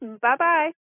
Bye-bye